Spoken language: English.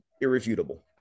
irrefutable